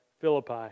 Philippi